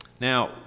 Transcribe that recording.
Now